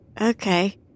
Okay